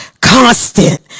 constant